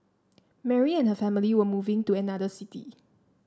Mary and her family were moving to another city